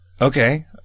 Okay